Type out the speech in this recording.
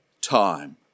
time